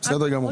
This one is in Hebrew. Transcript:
בסדר גמור.